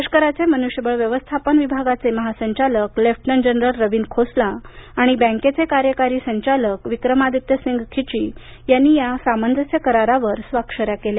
लष्कराचे मनुष्यबळ व्यवस्थापन विभागाचे महासंचालक लेफ्टनंट जनरल रवीन खोसला आणि बँकेचे कार्यकारी संचालक विक्रमादित्य सिंग खिची यांनी या करारावर स्वाक्षऱ्या केल्या